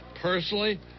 Personally